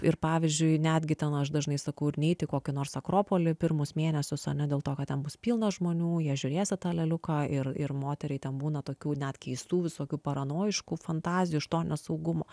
ir pavyzdžiui netgi ten aš dažnai sakau ir neiti į kokį nors akropolį pirmus mėnesius ane dėl to kad ten bus pilna žmonių jie žiūrės į tą lėliuką ir ir moteriai ten būna tokių net keistų visokių paranojiškų fantazijų iš to nesaugumo